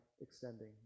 extending